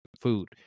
food